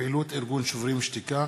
"שוברים שתיקה"